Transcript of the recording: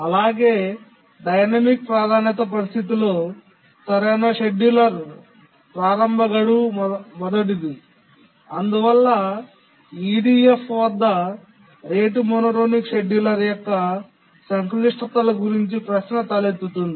అలాగే డైనమిక్ ప్రాధాన్యత పరిస్థితిలో సరైన షెడ్యూలర్ ప్రారంభ గడువు మొదటిది అయితే EDF వద్ద రేటు మోనోటోనిక్ షెడ్యూలర్ యొక్క సంక్లిష్టతల గురించి ప్రశ్న తలెత్తుతుంది